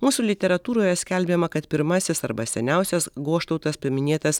mūsų literatūroje skelbiama kad pirmasis arba seniausias goštautas paminėtas